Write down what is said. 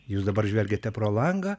jūs dabar žvelgiate pro langą